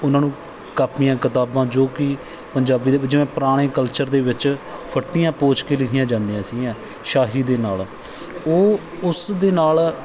ਉਹਨਾਂ ਨੂੰ ਕਾਪੀਆਂ ਕਿਤਾਬਾਂ ਜੋ ਕਿ ਪੰਜਾਬੀ ਦੇ ਵਿੱਚ ਜਿਵੇਂ ਪੁਰਾਣੇ ਕਲਚਰ ਦੇ ਵਿੱਚ ਫੱਟੀਆਂ ਪੋਚ ਕੇ ਲਿਖੀਆਂ ਜਾਂਦੀਆਂ ਸੀਗੀਆਂ ਸਿਆਹੀ ਦੇ ਨਾਲ ਉਹ ਉਸ ਦੇ ਨਾਲ